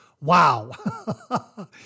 Wow